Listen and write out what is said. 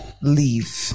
leave